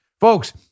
folks